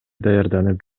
даярданып